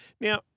Now